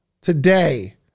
today